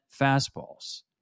fastballs